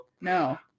No